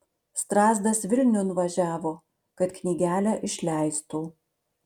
strazdas vilniun važiavo kad knygelę išleistų